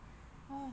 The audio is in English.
哦